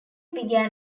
began